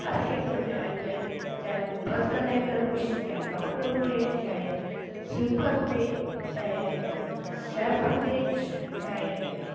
हर खेत्र में आयूं आहिनि चाहे उहे बस कंडक्टर हुजे चाहे डॉक्टर हुजे चाहे स्वीपर हुजे चाहे शैफ हुजे चाहे